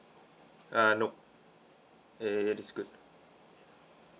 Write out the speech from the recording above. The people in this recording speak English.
uh nope eh it's good